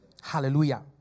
Hallelujah